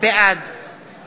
בעד